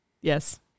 Yes